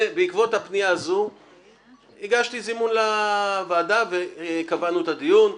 בעקבות הפנייה הזו הגשתי זימון לוועדה וקבענו את הדיון.